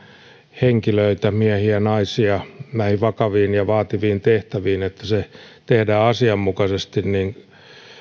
henkilöitämme miehiä ja naisia näihin vakaviin ja vaativiin tehtäviin se tehdään asianmukaisesti